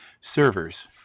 servers